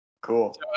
Cool